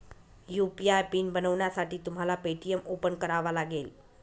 UPI PIN बनवण्यासाठी तुम्हाला Paytm open करावा लागेल